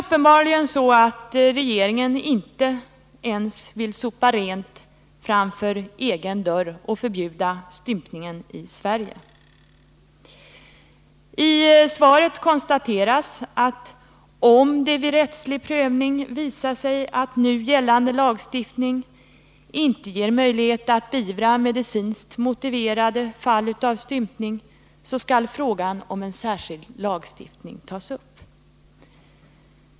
Regeringen vill uppenbarligen inte ens sopa rent framför egen dörr och förbjuda stympningen i Sverige. I svaret konstateras att om det vid rättslig prövning visar sig att nu gällande lagstiftning inte ger möjlighet att beivra medicinskt omotiverade fall av stympning, skall frågan om särskild lagstiftning tas upp.